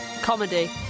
comedy